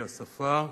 היא השפה,